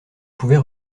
pouvait